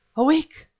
awake!